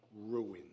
ruin